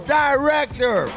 director